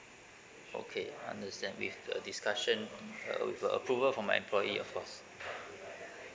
okay understand with the discussion uh with a approval from my employee of course